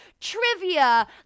trivia